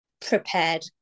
prepared